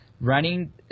running